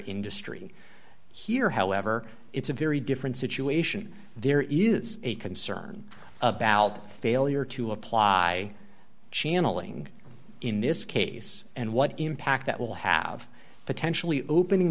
industry here however it's a very different situation there is a concern about failure to apply channeling in this case and what impact that will have potentially opening